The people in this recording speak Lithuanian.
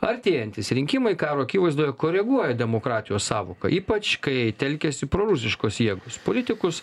artėjantys rinkimai karo akivaizdoje koreguoja demokratijos sąvoka ypač kai telkiasi prorusiškos jėgos politikus